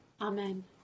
amen